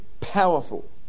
powerful